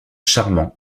charmants